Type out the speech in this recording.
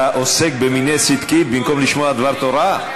אתה עוסק במיני סדקית במקום לשמוע דבר תורה?